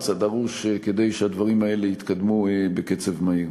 הדרוש כדי שהדברים האלה יתקדמו בקצב מהיר.